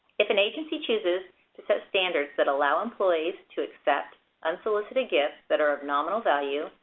if an agency chooses to set standards that allows employees to accept unsolicited gifts that are of nominal value,